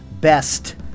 Best